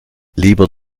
lieber